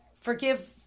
forgive